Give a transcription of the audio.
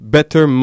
Better